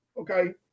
Okay